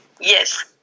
Yes